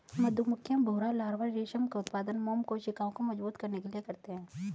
मधुमक्खियां, भौंरा लार्वा रेशम का उत्पादन मोम कोशिकाओं को मजबूत करने के लिए करते हैं